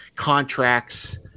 contracts